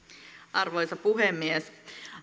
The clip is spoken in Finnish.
arvoisa puhemies